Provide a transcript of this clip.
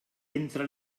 entra